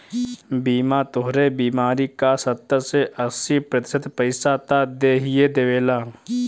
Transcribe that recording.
बीमा तोहरे बीमारी क सत्तर से अस्सी प्रतिशत पइसा त देहिए देवेला